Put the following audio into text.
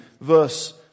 verse